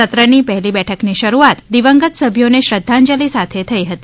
સત્ર ની પહેલી બેઠકની શરૂઆત દિવંગત સભ્યો ને શ્રદ્ધાંજલી સાથે થઈ હતી